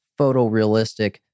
photorealistic